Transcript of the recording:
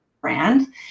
brand